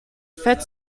fat